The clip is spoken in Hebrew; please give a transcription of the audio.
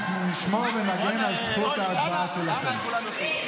אנחנו נשמור ונגן על זכות ההצבעה שלכם.